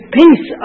peace